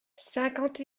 cinquante